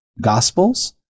Gospels